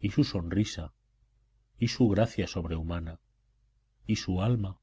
y su sonrisa y su gracia sobrehumana y su alma